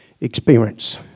experience